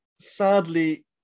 Sadly